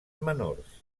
menors